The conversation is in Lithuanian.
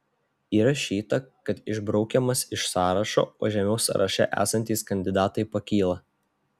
įrašyta kad išbraukiamas iš sąrašo o žemiau sąraše esantys kandidatai pakyla